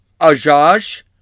Ajaj